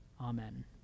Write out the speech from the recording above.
amen